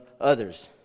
others